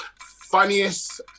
Funniest